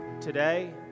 today